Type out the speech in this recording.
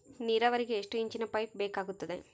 ನೇರಾವರಿಗೆ ಎಷ್ಟು ಇಂಚಿನ ಪೈಪ್ ಬೇಕಾಗುತ್ತದೆ?